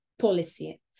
policy